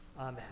amen